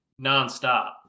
nonstop